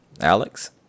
Alex